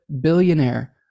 billionaire